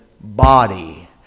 body